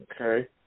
Okay